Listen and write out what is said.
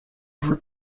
over